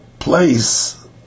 Place